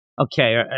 Okay